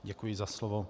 Děkuji za slovo.